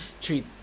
treat